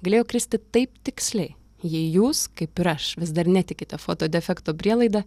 galėjo kristi taip tiksliai jei jūs kaip ir aš vis dar netikite foto defekto prielaida